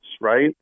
right